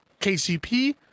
KCP